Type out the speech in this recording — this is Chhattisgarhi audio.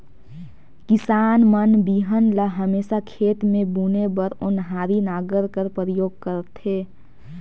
किसान मन बीहन ल हमेसा खेत मे बुने बर ओन्हारी नांगर कर परियोग करथे